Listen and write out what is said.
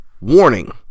Warning